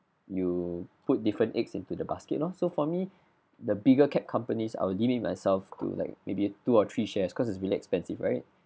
you put different eggs into the basket loh so for me the bigger cap companies I will limit myself to like maybe two or three shares cause it's really expensive right